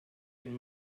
wenn